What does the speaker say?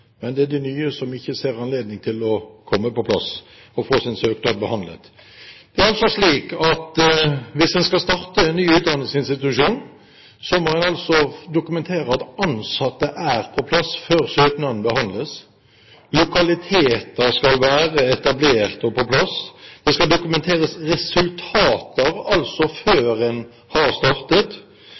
men det er de nye som ikke ser ut til å komme på plass og få sin søknad behandlet. Det er slik at hvis en skal starte en ny utdanningsinstitusjon, må en altså dokumentere at ansatte er på plass før søknaden behandles. Lokaliteter skal være etablert og på plass. Det skal dokumenteres resultater før en har startet.